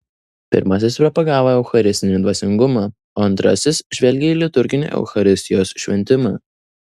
pirmasis propagavo eucharistinį dvasingumą o antrasis žvelgė į liturginį eucharistijos šventimą